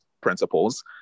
principles